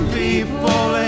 people